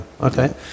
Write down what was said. okay